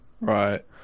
Right